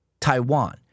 Taiwan